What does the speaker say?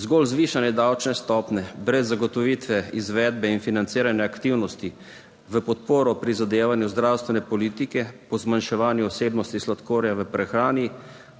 Zgolj zvišanje davčne stopnje brez zagotovitve izvedbe in financiranja aktivnosti v podporo prizadevanju zdravstvene politike po zmanjševanju vsebnosti sladkorja v prehrani